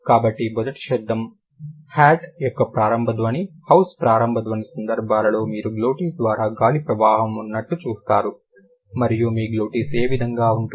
కాబట్టి మొదటి శబ్దం హ్యాట్ యొక్క ప్రారంభ ధ్వని హౌస్ ప్రారంభ ధ్వని సందర్భాల్లో మీరు గ్లోటిస్ ద్వారా గాలి ప్రవాహం ఉన్నట్లు చూస్తారు మరియు మీ గ్లోటిస్ ఏ విధంగా ఉంటుంది